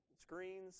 screens